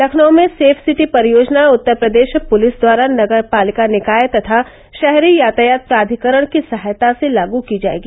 लखनऊ में safe city परियोजना उत्तर प्रदेश पुलिस द्वारा नगर पालिका निकाय तथा शहरी यातायात प्राधिकरण की सहायता से लागू की जायेगी